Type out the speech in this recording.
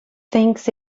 thinks